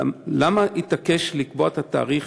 למה התעקש לקבוע את התאריך